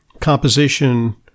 composition